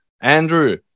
Andrew